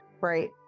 Right